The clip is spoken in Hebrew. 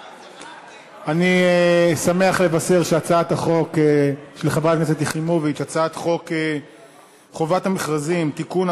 ההצעה להעביר את הצעת חוק חובת המכרזים (תיקון,